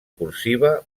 cursiva